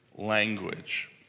language